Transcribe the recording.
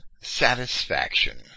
satisfaction